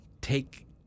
take